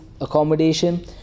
accommodation